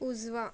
उजवा